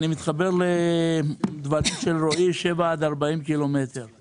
אני מתחבר לדברים של רועי, שבעה עד 40 קילומטר.